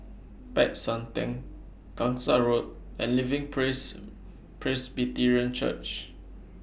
Peck San Theng Gangsa Road and Living Praise Praise Presbyterian Church